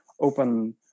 open